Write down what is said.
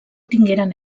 tingueren